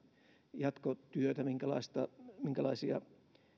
jatkotyötä ja sitä minkälaisia